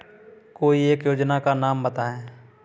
कोई एक योजना का नाम बताएँ?